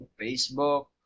facebook